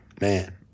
Man